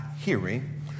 hearing